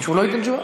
הוא לא ייתן תשובה?